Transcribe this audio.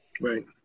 right